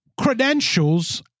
credentials